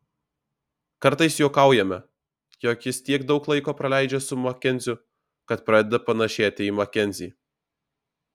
kartais juokaujame jog jis tiek daug laiko praleidžia su makenziu kad pradeda panėšėti į makenzį